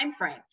timeframe